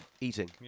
eating